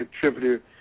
contributor